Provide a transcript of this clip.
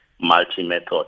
multi-method